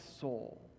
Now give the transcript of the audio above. soul